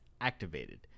activated